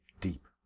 deep